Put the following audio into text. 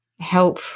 help